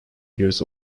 years